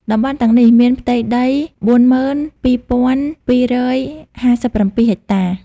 តំបន់ទាំងនេះមានផ្ទៃដី ៤២,២៥៧ ហិកតា។